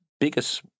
biggest